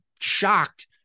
shocked